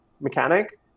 mechanic